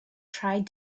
tried